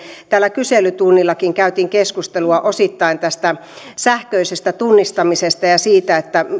täällä kyselytunnillakin käytiin keskustelua osittain tästä sähköisestä tunnistamisesta ja siitä